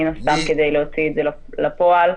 כדי להוציא את זה אל הפועל,